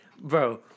Bro